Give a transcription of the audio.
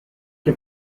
che